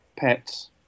Pets